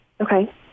Okay